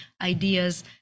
ideas